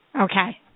Okay